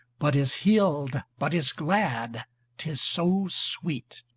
but is healed, but is glad tis so sweet.